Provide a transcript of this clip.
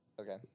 Okay